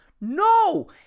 No